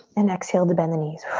and exhale to bend the knees.